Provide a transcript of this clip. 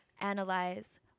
analyze